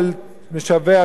שדיברתי עליו הרבה,